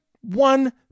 one